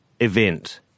Event